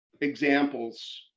examples